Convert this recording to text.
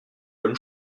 bonne